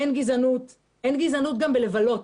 אין גזענות וגם אין גזענות בבילויים.